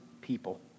people